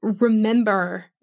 remember